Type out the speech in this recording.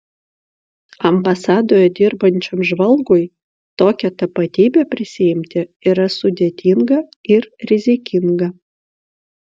ambasadoje dirbančiam žvalgui tokią tapatybę prisiimti yra sudėtinga ir rizikinga